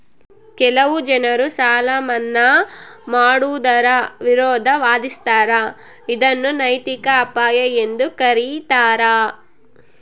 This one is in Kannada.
ಕೆಲವು ಜನರು ಸಾಲ ಮನ್ನಾ ಮಾಡುವುದರ ವಿರುದ್ಧ ವಾದಿಸ್ತರ ಇದನ್ನು ನೈತಿಕ ಅಪಾಯ ಎಂದು ಕರೀತಾರ